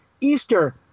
Easter